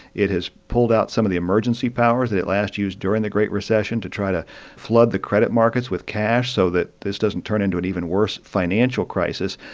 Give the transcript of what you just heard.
it has pulled out some of the emergency powers that it last used during the great recession to try to flood the credit markets with cash so that this doesn't turn into an even worse financial crisis.